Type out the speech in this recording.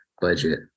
budget